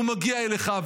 הוא מגיע לאחיו,